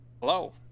Hello